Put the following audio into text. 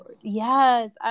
Yes